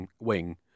wing